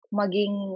maging